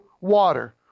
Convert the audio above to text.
water